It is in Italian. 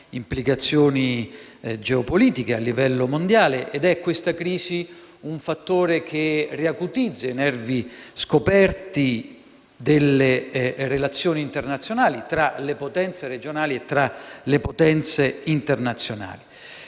implicazioni geopolitiche a livello mondiale. E questa crisi è un fattore che riacutizza i nervi scoperti delle relazioni internazionali tra le potenze regionali e internazionali.